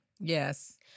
Yes